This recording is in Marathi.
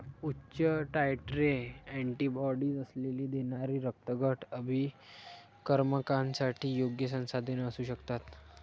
उच्च टायट्रे अँटीबॉडीज असलेली देणगी रक्तगट अभिकर्मकांसाठी योग्य संसाधने असू शकतात